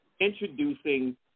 introducing